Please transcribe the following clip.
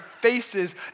faces